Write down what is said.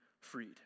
freed